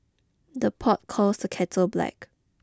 the pot calls the kettle black